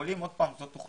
העולים הם אוכלוסייה